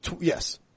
yes